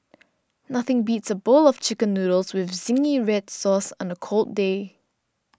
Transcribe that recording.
nothing beats a bowl of Chicken Noodles with Zingy Red Sauce on a cold day